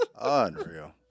Unreal